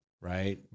right